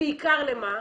בעיקר למה?